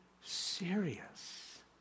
serious